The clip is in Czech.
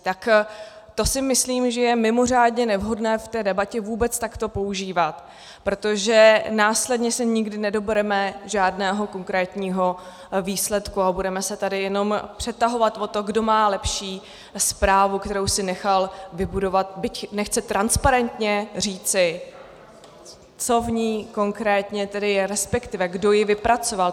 Tak to si myslím, že je mimořádně nevhodné v té debatě vůbec takto používat, protože následně se nikdy nedobereme žádného konkrétního výsledku a budeme se tady jenom přetahovat o to, kdo má lepší zprávu, kterou si nechal vybudovat, byť nechce transparentně říci, co v ní konkrétně tedy je, resp. kdo ji vypracoval.